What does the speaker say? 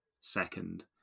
second